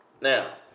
Now